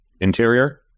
interior